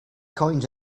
coins